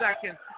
seconds